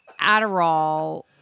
Adderall